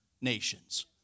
nations